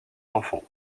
enfants